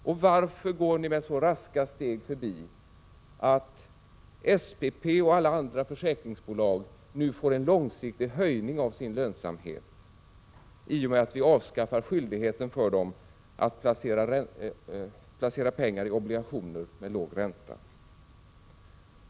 Och varför går ni med så raska steg förbi att SPP och alla andra försäkringsbolag nu får en långsiktig höjning av sin lönsamhet i och med att vi avskaffar skyldigheten för dem att placera pengar i obligationer med låg ränta?